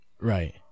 Right